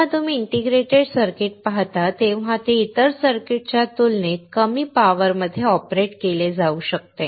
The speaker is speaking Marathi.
जेव्हा तुम्ही इंटिग्रेटेड सर्किट पाहता तेव्हा ते इतर सर्किट्सच्या तुलनेत कमी पॉवरमध्ये ऑपरेट केले जाऊ शकते